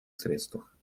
средствах